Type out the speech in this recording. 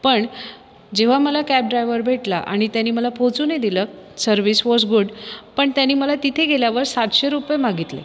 पण जेव्हा मला कॅब ड्रायव्हर भेटला आणि त्यांनी मला पोहचवूनही दिलं सर्व्हिस वॉज गुड पण त्याने मला तिथे गेल्यावर सातशे रुपये मागितले